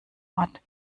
ort